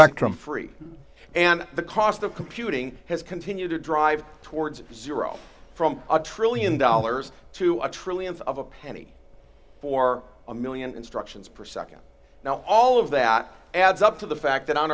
from free and the cost of computing has continued to drive towards zero from a trillion dollars to a trillionth of a penny for a one million instructions per nd now all of that adds up to the fact that on